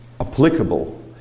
applicable